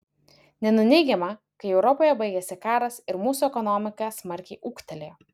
nenuneigiama kai europoje baigėsi karas ir mūsų ekonomika smarkiai ūgtelėjo